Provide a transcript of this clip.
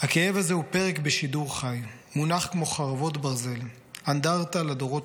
"הכאב הזה הוא פרק בשידור חי / מונח כמו חרבות ברזל / אנדרטה לדורות